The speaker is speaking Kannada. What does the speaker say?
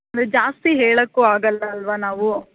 ಅಂದರೆ ಜಾಸ್ತಿ ಹೇಳೋಕ್ಕು ಆಗಲ್ಲ ಅಲ್ಲವಾ ನಾವು